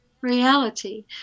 reality